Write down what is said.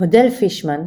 הודל פישמן,